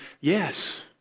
Yes